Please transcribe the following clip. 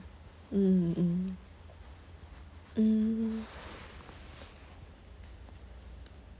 mm mm mm